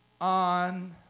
on